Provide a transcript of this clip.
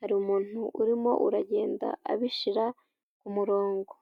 hari umuntu urimo uragenda abishyirara ku murongo.